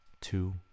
two